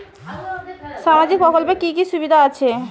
সামাজিক প্রকল্পের কি কি সুবিধা আছে?